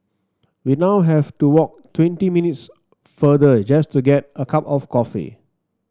we now have to walk twenty minutes farther just to get a cup of coffee